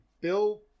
Bill